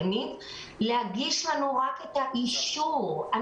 מספיק שיגישו לנו רק את האישור,